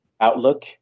Outlook